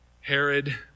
Herod